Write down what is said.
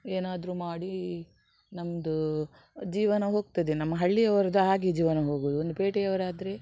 ಏನಾದ್ರು ಮಾಡಿ ನಮ್ದು ಜೀವನ ಹೋಗ್ತದೆ ನಮ್ಮ ಹಳ್ಳಿ ಅವರದು ಹಾಗೆ ಜೀವನ ಹೋಗೋದು ಒಂದು ಪೇಟೆ ಅವರಾದರೆ